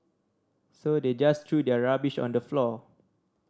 so they just threw their rubbish on the floor